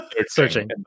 searching